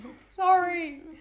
sorry